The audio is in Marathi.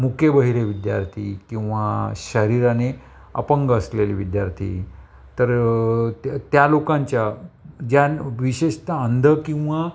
मुके बहिरे विद्यार्थी किंवा शरीराने अपंग असलेली विद्यार्थी तर त्या लोकांच्या ज्या विशेषता अंध किंवा